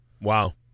Wow